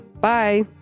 bye